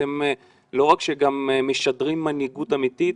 אתם לא רק שגם משדרים מנהיגות אמיתית,